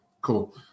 cool